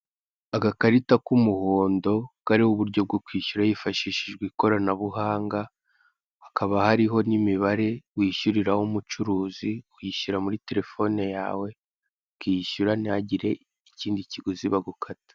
Agakarita k'umuhondo kariho uburyo bwo kwishyura hifashishijwe ikoranabuhanga, hakaba hariho n'imibare wishyuriraho umucuruzi. Uyishyira muri telefone yawe ukishyura ntihagire ikindi kiguzi bagukata.